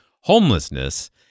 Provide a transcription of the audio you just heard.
homelessness